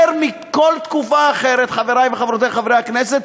יותר מבכל תקופה אחרת, חברי וחברותי חברי הכנסת,